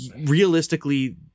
realistically